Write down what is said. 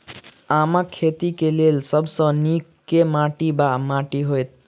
आमक खेती केँ लेल सब सऽ नीक केँ माटि वा माटि हेतै?